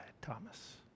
Thomas